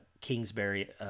Kingsbury